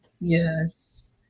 Yes